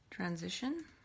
Transition